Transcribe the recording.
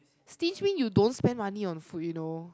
stingy when you don't spend money on food you know